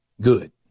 Good